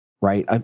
right